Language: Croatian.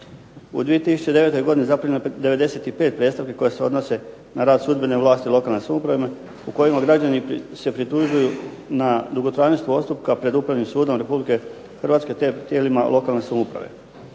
U 2009. godini zaprimljeno je 95 predstavki koje se odnose na rad sudbene vlasti u lokalnim samoupravama, u kojima građani se pritužuju na dugotrajnost postupka pred Upravnim sudom Republike Hrvatske, te tijelima lokalne samouprave.